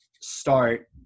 start